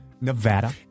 Nevada